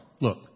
Look